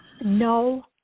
no